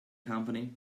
company